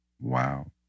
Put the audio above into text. Wow